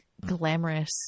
glamorous